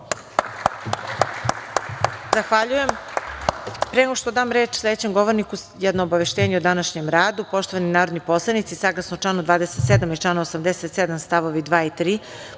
Zahvaljujem. Pre nego što dam reč sledećem govorniku, jedno obaveštenje o današnjem radu. Poštovani narodni poslanici, saglasno članu 27. i članu 87. stavovi 2. i 3.